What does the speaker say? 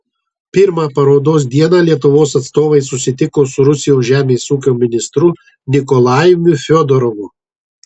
pirmą parodos dieną lietuvos atstovai susitiko su rusijos žemės ūkio ministru nikolajumi fiodorovu